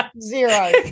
Zero